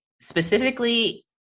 Specifically